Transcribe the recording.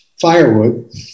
firewood